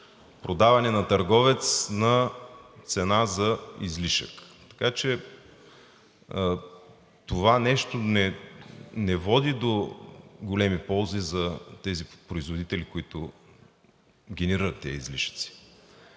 продавани на търговец на цена за излишък. Това нещо не води до големи ползи за производителите, които генерират тези излишъци.